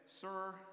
Sir